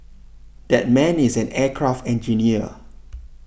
that man is an aircraft engineer